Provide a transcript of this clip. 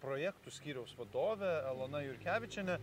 projektų skyriaus vadove elona jurkevičiene